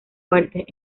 fuertes